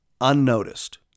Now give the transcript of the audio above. unnoticed